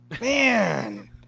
man